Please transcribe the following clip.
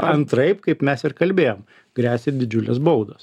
antraip kaip mes ir kalbėjom gresia didžiulės baudos